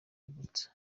yibutsa